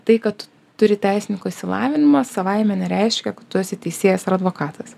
tai kad turi teisininko išsilavinimą savaime nereiškia kad tu esi teisėjas ar advokatas